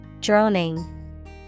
droning